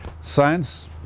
Science